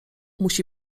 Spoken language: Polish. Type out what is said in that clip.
musi